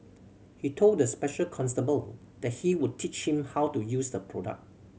he told the special constable that he would teach him how to use the product